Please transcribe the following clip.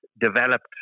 developed